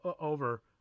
over